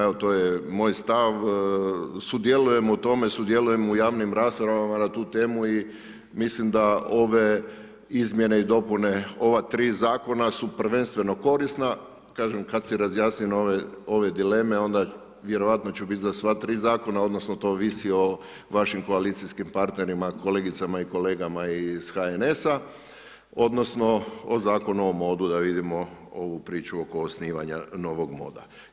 Evo to je moj stav, sudjelujem u tome, sudjelujem u javnim raspravama na tu temu i mislim da ove izmjene i dopune ova tri zakona su prvenstveno korisna, kažem kad si razjasnim ove dileme, onda vjerojatno ću biti za sva tri zakona, odnosno to ovisi o vašim koalicijskim partnerima, kolegicama i kolegama iz HNS-a, odnosno o Zakonu o MOD-u, da vidimo ovu priču oko osnivanja novog MOD-a.